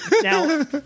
Now